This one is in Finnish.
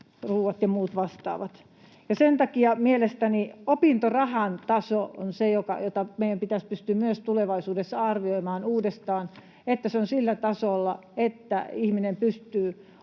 ruoat ja muut vastaavat. Sen takia mielestäni opintorahan taso on se, jota meidän pitäisi pystyä myös tulevaisuudessa arvioimaan uudestaan, että se on sillä tasolla, että ihminen pystyy